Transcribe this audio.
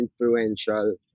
influential